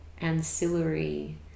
ancillary